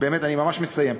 באמת אני ממש מסיים.